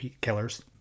killers